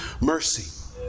mercy